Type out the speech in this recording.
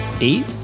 eight